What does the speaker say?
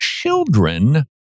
children